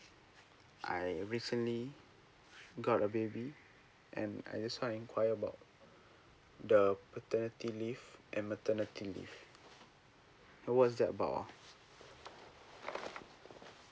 I recently got a baby and I just want inquire about the paternity leave and maternity leave what's that about ah